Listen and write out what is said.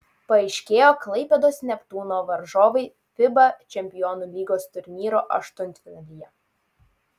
paaiškėjo klaipėdos neptūno varžovai fiba čempionų lygos turnyro aštuntfinalyje